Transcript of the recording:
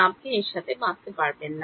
আপনি এর সাথে বাঁচতে পারবেন না